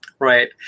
Right